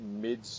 mid